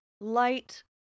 light